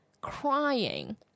crying